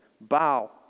Bow